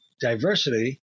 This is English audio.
diversity